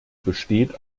besteht